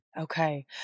Okay